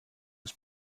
was